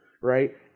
right